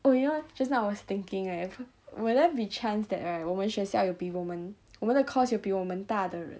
oh you know just now I was thinking eh if will there be chance that right 我们学校有比我们我们的 course 有比我们大的人